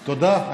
תודה.